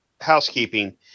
housekeeping